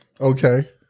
Okay